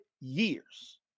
years